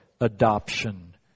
adoption